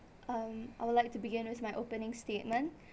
um I would like to begin with my opening statement